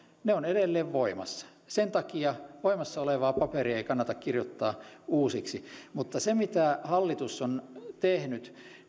on edelleen voimassa sen takia voimassa olevaa paperia ei kannata kirjoittaa uusiksi mutta se mitä hallitus on tehnyt